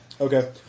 Okay